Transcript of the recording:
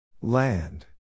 Land